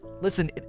Listen